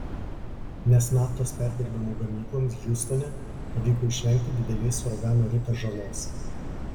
nes naftos perdirbimo gamykloms hiūstone pavyko išvengti didelės uragano rita žalos